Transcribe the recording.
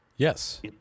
Yes